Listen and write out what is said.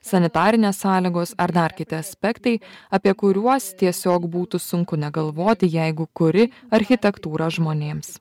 sanitarinės sąlygos ar dar kiti aspektai apie kuriuos tiesiog būtų sunku negalvoti jeigu kuri architektūrą žmonėms